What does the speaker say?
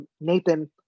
Nathan